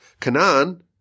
Canaan